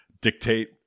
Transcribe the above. dictate